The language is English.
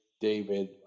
David